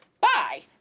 Bye